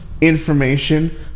information